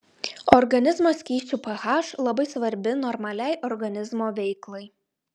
organizmo skysčių ph labai svarbi normaliai organizmo veiklai